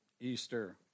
Easter